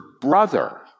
brother